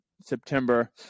September